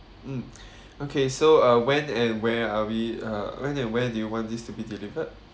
mm okay so uh when and where are we uh when and where do you want this to be delivered